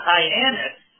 Hyannis